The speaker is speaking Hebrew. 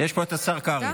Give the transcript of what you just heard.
יש פה השר קרעי.